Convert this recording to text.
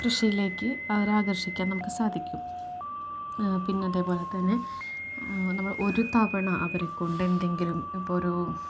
കൃഷിയിലേക്ക് അവരെയാകർഷിക്കാൻ നമുക്ക് സാധിക്കും പിന്നെ അതേപോലെ തന്നെ നമ്മൾ ഒരു തവണ അവരെക്കൊണ്ട് എന്തെങ്കിലും ഇപ്പം ഒരു